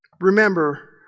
Remember